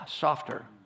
softer